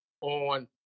on